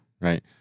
Right